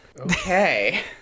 Okay